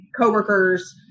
coworkers